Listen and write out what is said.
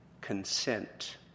consent